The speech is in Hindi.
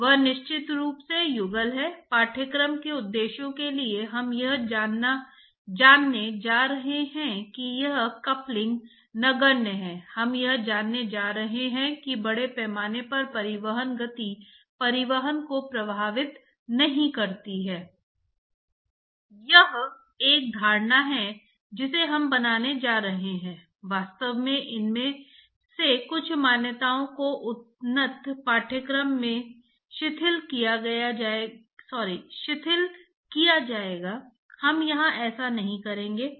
और इसलिए जिस तरह से पोषक तत्वों को ले जाया जाता है वह रक्त प्रवाह है वे वहां जाते हैं और फिर वे पोषक तत्वों को ले जाते हैं और ये पोषक तत्व रक्त प्रवाह में परिचालित होते हैं जो भी कोलेस्ट्रॉल कण या वसा सामग्री आप खाते हैं जो भी आंत द्वारा अवशोषित होती है यह परिचालित होता है और रक्त प्रवाह में होता है और फिर ये जाकर धमनियों में जमा हो जाते हैं